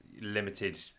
limited